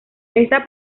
esta